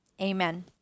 Amen